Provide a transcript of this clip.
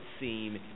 seem